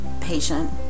patient